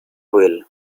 well